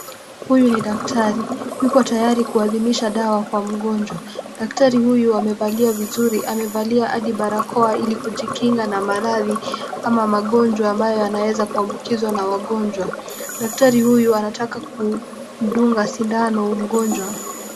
Huyu ni daktari, yupo tayari kuadhimisha dawa kwa mgonjwa. Daktari huyu amevalia vizuri, amevalia hadi barakoa ili kujikinga na maradhi ama magonjwa ambayo yanaeza kuambukizwa na wagonjwa. Daktari huyu anataka kumdunga sindano mgonjwa.